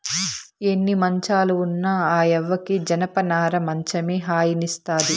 ఎన్ని మంచాలు ఉన్న ఆ యవ్వకి జనపనార మంచమే హాయినిస్తాది